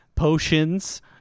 Potions